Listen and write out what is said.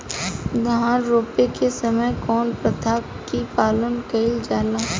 धान रोपे के समय कउन प्रथा की पालन कइल जाला?